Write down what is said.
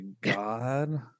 god